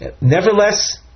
nevertheless